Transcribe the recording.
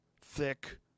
thick